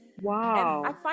wow